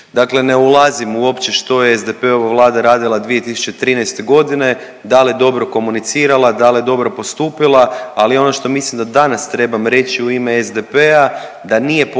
dakle ne ulazim uopće što je SDP-ova Vlada radila 2013.g., dal je dobro komunicirala, dal je dobro postupila, ali ono što mislim da danas trebam reći u ime SDP-a, da nije potrebna